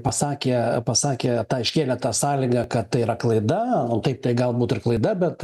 pasakė pasakė tą iškėlė tą sąlygą kad tai yra klaida nu taip tai galbūt ir klaida bet